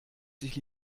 sich